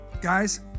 Guys